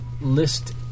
list